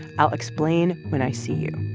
i'll explain when i see you.